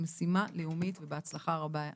זו משימה לאומית ובהצלחה רבה אלינה.